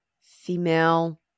female